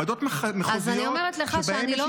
ועדות מחוזיות שבהן יש אינטרס שלך -- אז אני אומרת לך שאני לא